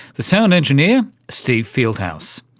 the sound engineer steve fieldhouse.